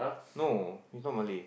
no he's not Malay